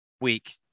week